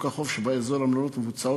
רצוני לשאול: אדוני השר,